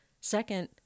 Second